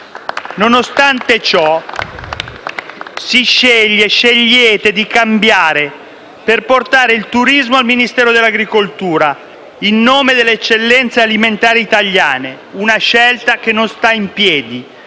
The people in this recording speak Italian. Nonostante ciò, scegliete di cambiare, per portare il turismo al Ministero dell'agricoltura in nome delle eccellenze alimentari italiane. Una scelta che non sta in piedi,